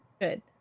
good